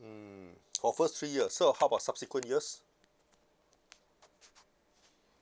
mm for first three years so how about subsequent years